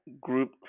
group